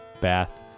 Bath